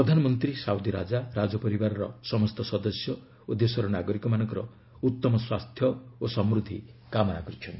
ପ୍ରଧାନମନ୍ତ୍ରୀ ସାଉଦି ରାଜା ରାଜପରିବାରର ସମସ୍ତ ସଦସ୍ୟ ଓ ଦେଶର ନାଗରିକମାନଙ୍କର ଉଉମ ସ୍ୱାସ୍ଥ୍ୟ ସମୃଦ୍ଧି କାମନା କରିଛନ୍ତି